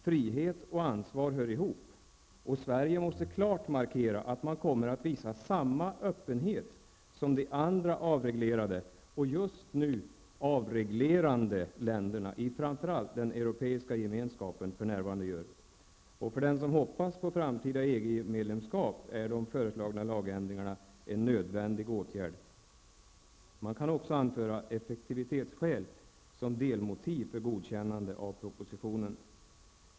Frihet och ansvar hör ihop. Sverige måste klart markera att man kommer att visa samma öppenhet som de andra avreglerade -- och just nu avreglerande -- länderna, framför allt i den europeiska gemenskapen, för närvarande gör. För den som hoppas på framtida EG-medlemskap är de föreslagna lagändringarna en nödvändig åtgärd. Man kan också anföra effektivitetsskäl som delmotiv för godkännande av propositionen.